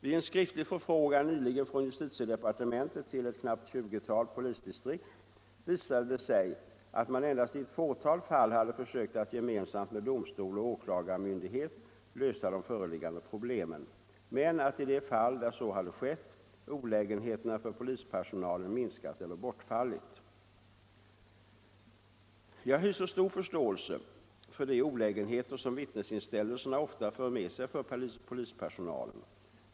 Vid en skriftlig förfrågan nyligen från justitiedepartementet till ett knappt tjugotal polisdistrikt visade det sig att man endast i ett fåtal fall hade försökt att gemensamt med domstol och åklagarmyndighet lösa de föreliggande problemen men att i de fall där så hade skett olägenheterna för polispersonalen minskat eller bortfallit. Jag hyser stor förståelse för de olägenheter som vittnesinställelserna ofta för med sig för polispersonalen.